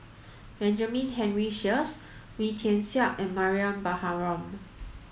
Benjamin Henry Sheares Wee Tian Siak and Mariam Baharom